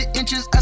inches